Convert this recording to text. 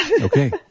Okay